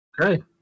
okay